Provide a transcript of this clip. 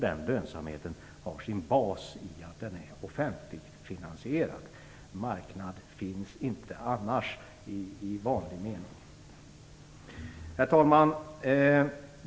Den lönsamheten har sin bas i att den är offentligfinansierad industri. Marknad finns inte annars i vanlig mening. Herr talman!